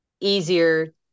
easier